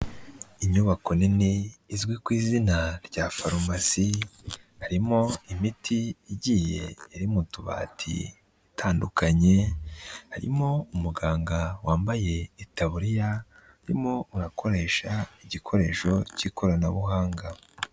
Inyubako nini izwi ku izina rya farumasi, harimo imiti igiye iri mu tubati itandukanye, harimo umuganga wambaye taburiya, urimo urakoresha igikoresho cy'ikoranabuhanga.